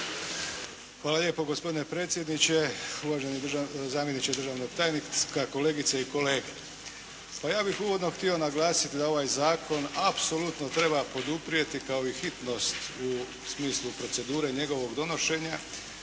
Hvala lijepo gospodine predsjedniče. Uvaženi zamjeniče državnog tajnika, kolegice i kolege. Pa ja bih uvodno htio naglasiti da ovaj zakon apsolutno treba poduprijeti kao i hitnost u smislu procedure i njegovog donošenja,